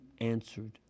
answered